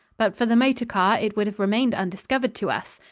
but for the motor car, it would have remained undiscovered to us.